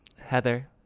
heather